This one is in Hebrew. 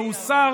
והוסר